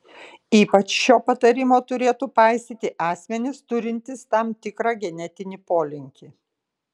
ypač šio patarimo turėtų paisyti asmenys turintys tam tikrą genetinį polinkį